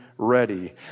Ready